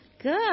Good